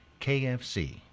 KFC